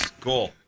Cool